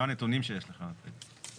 מה הנתונים שיש לכם על זה?